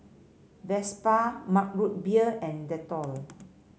Vespa Mug Root Beer and Dettol